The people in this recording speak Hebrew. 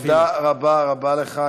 תודה רבה רבה לך.